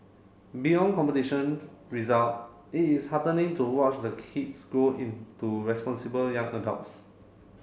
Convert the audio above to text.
beyond competitions result it is heartening to watch the kids grow into responsible young adults